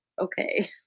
okay